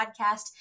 podcast